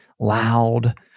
loud